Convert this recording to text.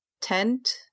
tent